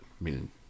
meaning